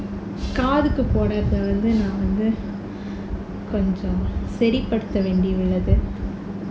காதுக்கு போடுறது வந்து நா வந்து கொஞ்சம் சரி படுத்த வேண்டி உள்ளது:kaathukku podurathu vanthu naa vanthu koncham sari padutha vendi ullathu